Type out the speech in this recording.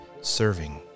serving